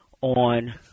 on